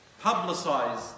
publicize